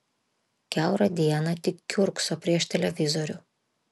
kiaurą dieną tik kiurkso prieš televizorių